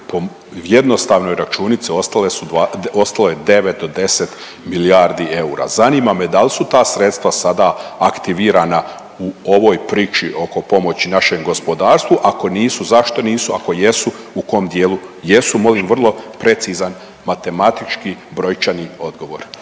po jednostavnoj računici ostale su, ostalo je 9 do 10 milijardi eura. Zanima me dal su ta sredstva sada aktivirana u ovoj priči oko pomoći našem gospodarstvu, ako nisu zašto nisu, ako jesu u kom dijelu jesu, molim vrlo precizan matematički brojčani odgovor,